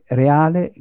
reale